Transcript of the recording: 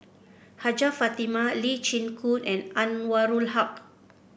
Hajjah Fatimah Lee Chin Koon and Anwarul Haque